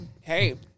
hey